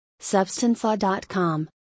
Substancelaw.com